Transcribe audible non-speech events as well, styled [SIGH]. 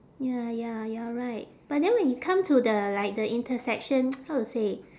ya ya you are right but then when you come to the like the intersection [NOISE] how to say